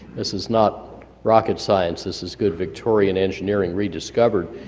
this is not rocked science. this is good victorian engineering rediscovered.